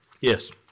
Yes